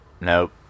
nope